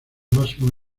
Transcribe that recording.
máximos